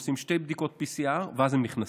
עושים שתי בדיקות PCR, ואז הם נכנסים.